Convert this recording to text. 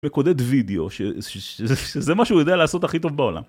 לקודד וידאו, שזה מה שהוא יודע לעשות הכי טוב בעולם.